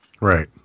right